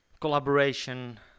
Collaboration